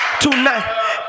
tonight